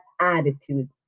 attitude